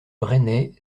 bresnay